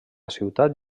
ciutat